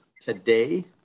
today